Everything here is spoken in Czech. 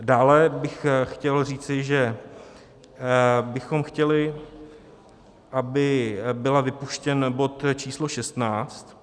Dále bych chtěl říci, že bychom chtěli, aby byl vypuštěn bod číslo 16.